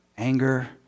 anger